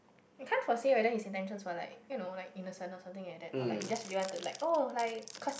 can't foresee whether his intentions were like you know like innocent or something like that or like he just really wanted to like oh like cause